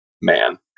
man